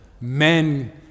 Men